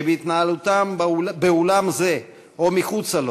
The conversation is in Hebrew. שבהתנהלותם באולם זה או מחוץ לו